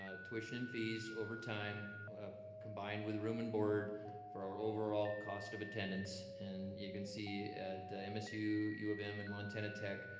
ah tuition fees over time combined with room and board for our overall cost of attendance, and you can see at msu, u of m, and montana tech,